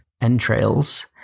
entrails